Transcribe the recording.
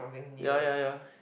ya ya ya